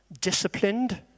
disciplined